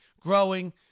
growing